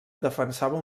defensava